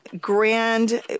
grand